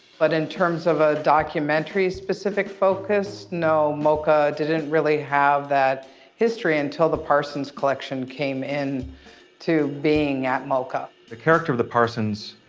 but in terms of a documentary specific focus, no, moca didn't really have that history until the parsons collection came in to being at moca. the character of the parsons,